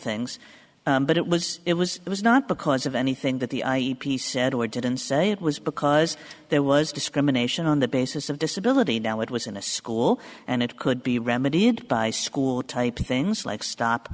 things but it was it was it was not because of anything that the piece said or didn't say it was because there was discrimination on the basis of disability now it was in a school and it could be remedied by school type things like